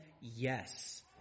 Yes